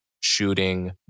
shooting